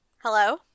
Hello